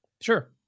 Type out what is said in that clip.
Sure